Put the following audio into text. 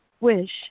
wish